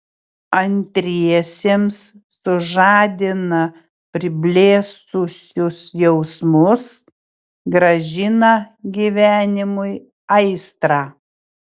antriesiems sužadina priblėsusius jausmus grąžina gyvenimui aistrą